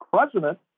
president